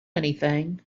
anything